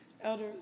Elder